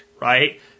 Right